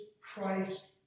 Christ